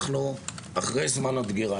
אנחנו אחרי זמן הדגירה,